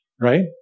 Right